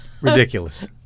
Ridiculous